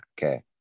okay